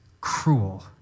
cruel